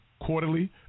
quarterly